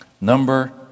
number